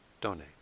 donate